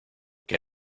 que